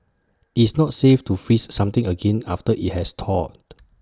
IT is not safe to freeze something again after IT has thawed